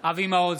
אבי מעוז,